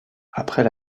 après